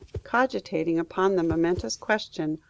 cogitating upon the momentous question,